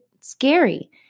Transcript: scary